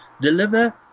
deliver